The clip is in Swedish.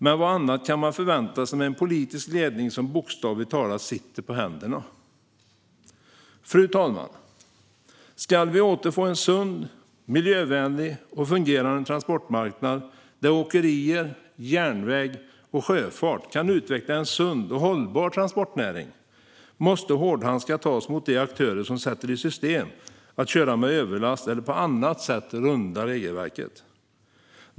Men vad annat kan man förvänta sig av en politisk ledning som bokstavligt talat sitter på händerna? Fru talman! Om vi ska återfå en sund, miljövänlig och fungerande transportmarknad, där åkerier, järnväg och sjöfart kan utveckla en sund och hållbar transportnäring, måste vi ta i med hårdhandskarna mot de aktörer som sätter i system att köra med överlast eller på annat sätt runda regelverket.